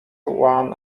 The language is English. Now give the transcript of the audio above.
one